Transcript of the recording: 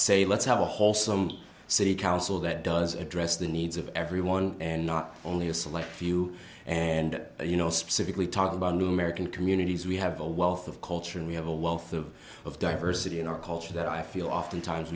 say let's have a wholesome city council that does address the needs of everyone and not only a select few and you know specifically talk about new american communities we have a wealth of culture and we have a wealth of of diversity in our culture that i feel